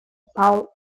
paul